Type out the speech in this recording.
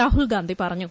രാഹുൽഗാന്ധി പറഞ്ഞു